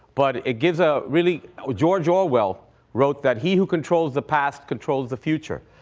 but it gives a really george orwell wrote that, he who controls the past controls the future,